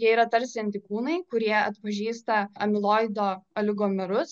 jie yra tarsi antikūnai kurie atpažįsta amiloido aligomerus